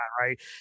right